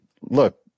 look